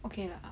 okay lah